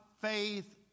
faith